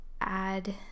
add